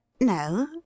No